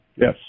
Yes